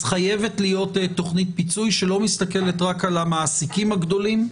חייבת להיות תוכנית פיצוי שלא מתסכלת רק על המעסיקים הגדולים,